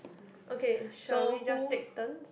ok shall we just take turns